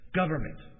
government